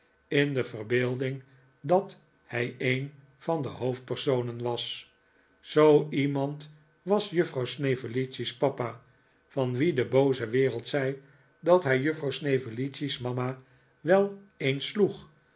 in de verbeelding dat hij een van de hdofdpersonen was zoo iemand was juffrouw snevellicci's papa van wien de booze wereld zei dat hij juffrouw snevellicci's mama wel eens sloeg